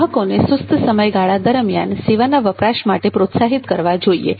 ગ્રાહકોને સુસ્ત સમયગાળા દરમિયાન સેવાના વપરાશ માટે પ્રોત્સાહિત કરવા જોઈએ